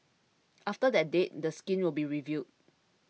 after that date the scheme will be reviewed